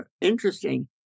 interesting